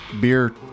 beer